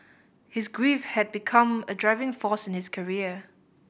his grief had become a driving force in his career